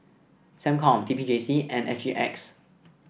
SecCom T P J C and S G X